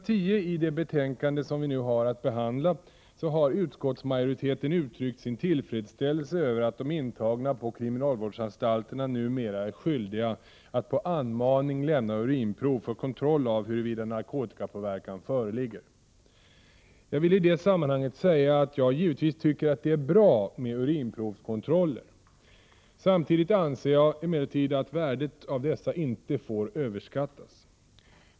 10i det betänkande som vi nu har att behandla har utskottsmajoriteten uttryckt sin tillfredsställelse över att de intagna på kriminalvårdsanstalterna numera är skyldiga att på anmaning lämna urinprov för kontroll av huruvida narkotikapåverkan föreligger. Jag vill i det sammanhanget säga att jag givetvis tycker att det är bra med urinprovskontroller. Samtidigt anser jag emellertid att värdet av dessa inte får överskattas.